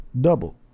Double